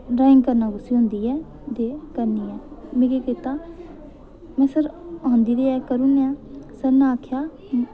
drawing करना कुसी औंदी ऐ ते करनी में केह् कीता में सर औंदी ते है करी ओड़ने आं सर ने आखेआ